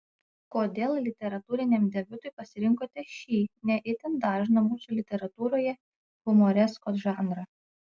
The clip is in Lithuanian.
kodėl literatūriniam debiutui pasirinkote šį ne itin dažną mūsų literatūroje humoreskos žanrą